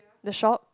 the shop